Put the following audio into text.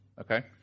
Okay